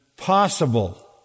Possible